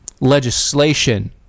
legislation